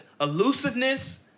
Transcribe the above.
elusiveness